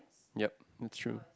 yep that's true